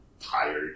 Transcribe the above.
tired